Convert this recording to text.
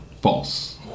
false